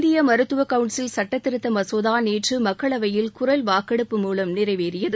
இந்திய மருத்துவ கவுன்சில் சுட்டத் திருத்த மசோதா நேற்று மக்களவையில் குரல் வாக்கெடுப்பு மூலம் நிறைவேறியது